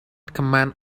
command